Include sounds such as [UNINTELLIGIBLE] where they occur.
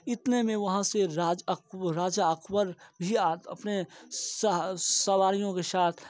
इतने में वहाँ से राज राजा अकबर [UNINTELLIGIBLE] अपने सवारी के साथ